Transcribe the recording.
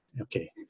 Okay